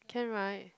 can right